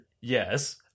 Yes